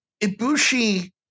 Ibushi